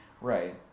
Right